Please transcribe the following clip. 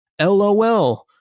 LOL